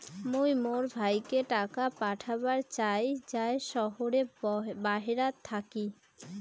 মুই মোর ভাইকে টাকা পাঠাবার চাই য়ায় শহরের বাহেরাত থাকি